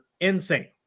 insane